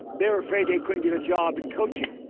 they were afraid they couldn't get a job in coaching.